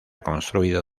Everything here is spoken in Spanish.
construido